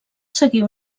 seguir